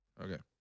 Okay